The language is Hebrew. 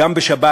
גם בשבת.